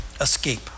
Escape